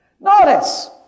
Notice